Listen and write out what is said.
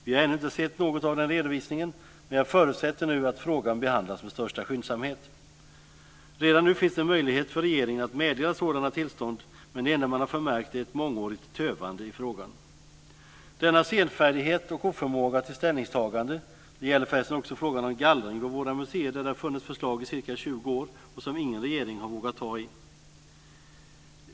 Vi har ännu inte sett något av den redovisningen, men jag förutsätter nu att frågan behandlas med största skyndsamhet. Redan nu finns det en möjlighet för regeringen att meddela sådana tillstånd men det enda som förmärkts är ett mångårigt tövande i frågan. Denna senfärdighet och oförmåga till ställningstagande gäller förresten också frågan om gallring vid våra museer där det har funnits förslag i ca 20 år - en fråga som ingen regering har vågat ta i.